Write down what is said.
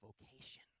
vocation